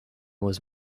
was